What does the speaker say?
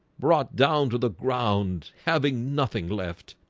brought down to the ground having nothing left